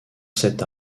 cette